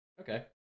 Okay